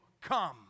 come